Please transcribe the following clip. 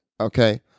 Okay